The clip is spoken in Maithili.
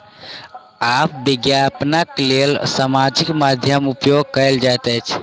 आब विज्ञापनक लेल सामाजिक माध्यमक उपयोग कयल जाइत अछि